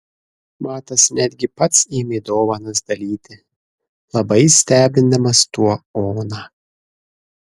matas netgi pats ėmė dovanas dalyti labai stebindamas tuo oną